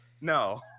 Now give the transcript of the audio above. No